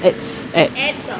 advertisement advertisement